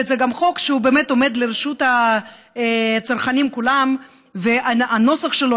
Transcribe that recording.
חוק שבאמת עומד לרשות הצרכנים כולם והנוסח שלו,